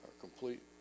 complete